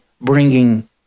bringing